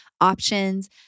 options